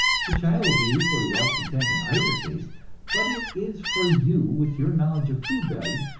the child will be equally well content in either case but it is for you, with your knowledge of food values,